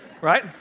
Right